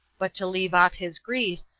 but to leave off his grief,